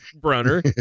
Brunner